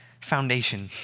foundation